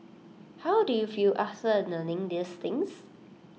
how do you feel after learning these things